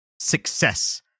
success